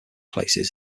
places